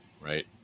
right